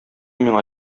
миңа